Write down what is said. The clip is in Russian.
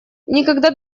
никогда